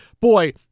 boy